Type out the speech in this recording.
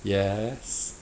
yes